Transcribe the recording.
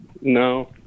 No